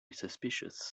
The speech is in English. suspicious